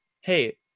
hey